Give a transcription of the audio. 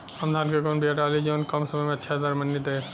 हम धान क कवन बिया डाली जवन कम समय में अच्छा दरमनी दे?